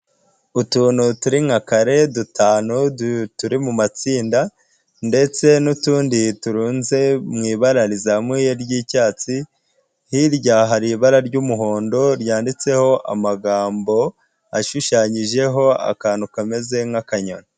Utuntu turi nka kare dutanu turi mu matsinda ndetse n'utundi turunze mu ibara rizamuye ry'icyatsi, hirya hari ibara ry'umuhondo ryanditseho amagambo ashushanyijeho akantu kameze nk'akanyoni.